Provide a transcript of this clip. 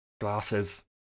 Glasses